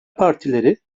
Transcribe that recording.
partileri